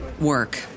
work